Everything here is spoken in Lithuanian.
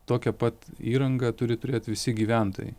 tokią pat įrangą turi turėt visi gyventojai